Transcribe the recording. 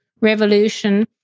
revolution